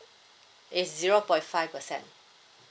it's zero point five percent